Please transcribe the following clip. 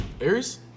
Aries